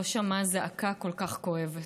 לא שמע זעקה כל כך כואבת.